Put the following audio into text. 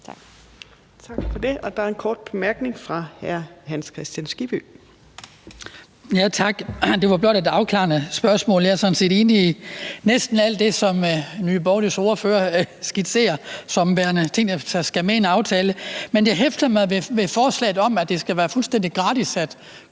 Torp): Tak for det. Der er en kort bemærkning fra hr. Hans Kristian Skibby. Kl. 21:33 Hans Kristian Skibby (DF): Tak. Det er blot et afklarende spørgsmål. Jeg er sådan set enig i næsten alt det, som Nye Borgerliges ordfører skitserer som værende ting, der skal med i en aftale. Men jeg hæfter mig ved forslaget om, at det skal være fuldstændig gratis at